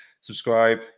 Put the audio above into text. subscribe